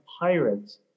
Pirates